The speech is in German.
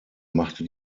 machte